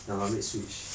ah red switch